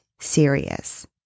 serious